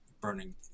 burning